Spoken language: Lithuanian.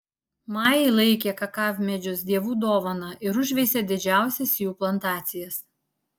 majai laikė kakavmedžius dievų dovana ir užveisė didžiausias jų plantacijas